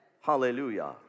Hallelujah